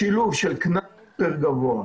השילוב של קנס יותר גבוה,